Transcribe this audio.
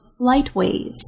Flightways